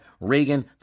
Reagan